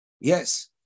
Yes